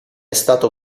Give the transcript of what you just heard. stato